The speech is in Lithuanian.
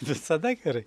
visada gerai